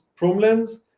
Promlens